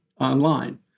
online